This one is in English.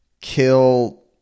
kill